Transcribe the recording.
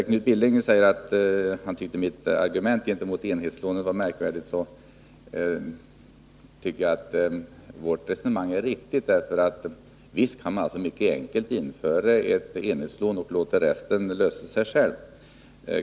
Knut Billing tyckte att mitt argument gentemot enhetslånen var märkvärdigt. Men jag tycker att vårt resonemang är riktigt. Visst kan man mycket enkelt införa enhetslån och låta resten lösa sig självt.